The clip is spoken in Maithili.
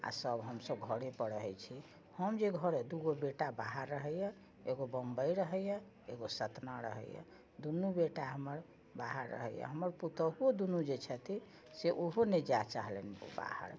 आ सब हमसब घरे पर रहैत छी हम जे घर दू गो बेटा बाहर रहैया एगो बम्बइ रहैया एगो सतना रहैया दुनू बेटा हमर बाहर रहैया हमर पुतहुओ दुनू जे छथि से ओहो नहि जाए चाहलनि बाहर